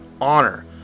Honor